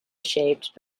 shaped